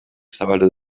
zabaldu